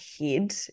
head